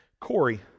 Corey